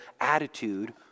attitude